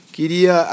Queria